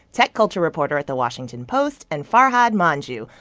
tech culture reporter at the washington post and farhad manjoo,